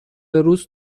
روز